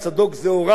יש לנו באלקנה,